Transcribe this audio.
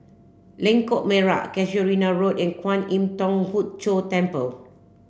Lengkok Merak Casuarina Road and Kwan Im Thong Hood Cho Temple